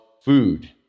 food